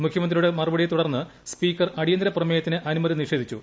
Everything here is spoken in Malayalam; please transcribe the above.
മുഖ്യമന്ത്രിയുടെ മറുപടിയെ തുടർന്ന് സ്പീക്കർ അടിയന്തര പ്രമേയത്തിന് അനുമതി നിഷേധിച്ചു